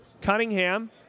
Cunningham